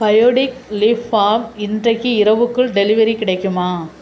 Biotique lip balm இன்றைக்கு இரவுக்குள் delivery கிடைக்குமா